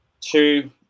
two